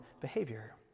behavior